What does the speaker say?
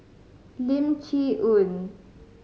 Lim Chee Onn